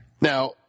Now